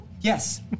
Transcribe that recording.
Yes